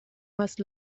must